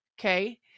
okay